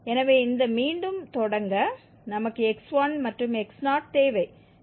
எனவே இந்த மீண்டும் தொடங்க நமக்கு x1 மற்றும் x0 தேவை